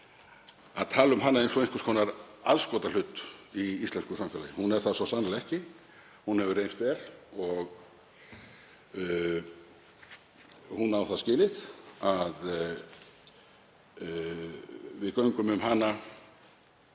að orði, eins og einhvers konar aðskotahlut í íslensku samfélagi. Hún er það svo sannarlega ekki. Hún hefur reynst vel og á það skilið að við göngum um hana